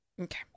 Okay